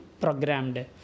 Programmed